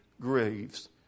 graves